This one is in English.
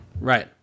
Right